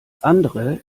andere